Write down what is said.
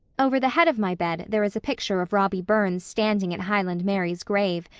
over the head of my bed there is a picture of robby burns standing at highland mary's grave,